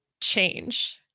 change